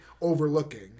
overlooking